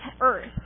earth